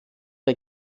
bei